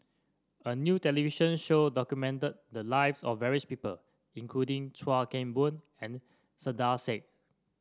a new television show documented the lives of various people including Chuan Keng Boon and Saiedah Said